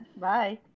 Bye